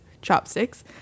chopsticks